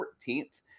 14th